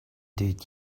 did